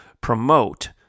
promote